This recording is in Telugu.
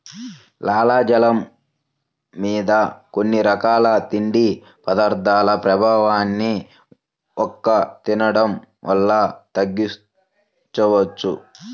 లాలాజలం మీద కొన్ని రకాల తిండి పదార్థాల ప్రభావాన్ని వక్క తినడం వల్ల తగ్గించవచ్చు